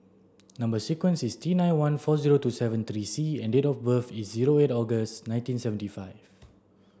number sequence is T nine one four zero two seven three C and date of birth is zero eight August nineteen seventy five